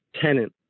tenant